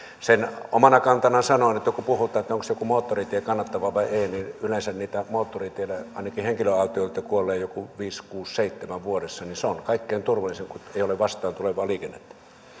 sen omana kantanani sanon kun puhutaan onko joku moottoritie kannattava vai ei että yleensä moottoritiellä ainakin henkilöautoilijoita kuolee joku viisi kuusi tai seitsemässä vuodessa eli se on kaikkein turvallisin kun ei ole vastaantulevaa liikennettä